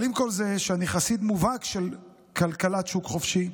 אבל עם כל זה שאני חסיד מובהק של כלכלת שוק חופשי,